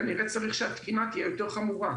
כנראה יש צורך שהתקינה תהיה יותר חמורה.